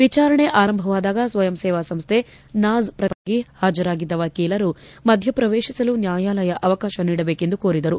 ವಿಚಾರಣೆ ಆರಂಭವಾದಾಗ ಸ್ವಯಂ ಸೇವಾ ಸಂಸ್ವೆ ನಾಜ್ ಪ್ರತಿಷ್ಠಾನದ ಪರವಾಗಿ ಹಾಜರಾಗಿದ್ದ ವಕೀಲರು ಮಧ್ಯಪ್ರವೇಶಿಸಲು ನ್ಯಾಯಾಲಯ ಅವಕಾಶ ನೀಡಬೇಕೆಂದು ಕೋರಿದರು